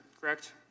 correct